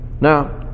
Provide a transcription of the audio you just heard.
Now